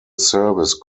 service